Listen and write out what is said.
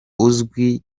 uzwi